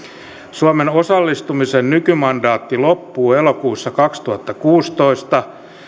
suomen osallistumisen nykymandaatti loppuu elokuussa kaksituhattakuusitoista